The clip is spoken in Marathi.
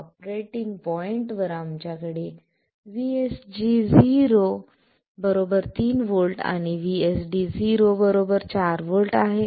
ऑपरेटिंग पॉईंटवर आमच्याकडे VSG0 3 व्होल्ट आणि VSD0 4 व्होल्ट आहेत